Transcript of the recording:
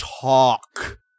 talk